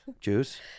Juice